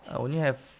I only have